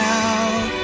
out